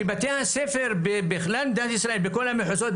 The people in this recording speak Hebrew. שבתי הספר בכלל במדינת ישראל בכל המחוזות,